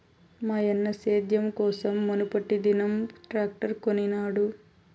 మాయన్న సేద్యం కోసం మునుపటిదినం ట్రాక్టర్ కొనినాడు